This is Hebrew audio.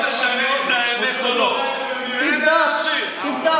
זה לא משנה אם זו האמת או לא, תן לה